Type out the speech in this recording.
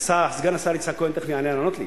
סגן השר יצחק כהן תיכף יעלה לענות לי.